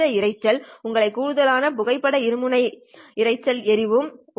இந்த இரைச்சல் உடன் கூடுதலாக புகைப்பட இருமுனை இரைச்சல் எறிவயும் உள்ளது